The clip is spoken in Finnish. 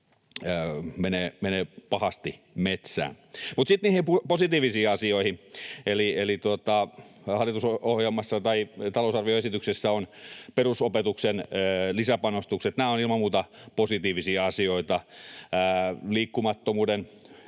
menee pahasti metsään. Mutta sitten niihin positiivisiin asioihin. Eli talousarvioesityksessä on perusopetukseen lisäpanostuksia. Ne ovat ilman muuta positiivisia asioita. Liikkumattomuuden